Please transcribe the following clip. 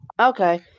Okay